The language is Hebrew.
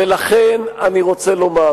ולכן אני רוצה לומר,